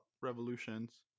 revolutions